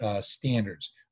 standards